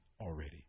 already